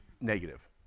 negative